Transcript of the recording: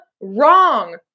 wrong